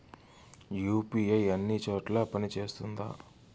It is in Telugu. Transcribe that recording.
యు.పి.ఐ అన్ని చోట్ల పని సేస్తుందా?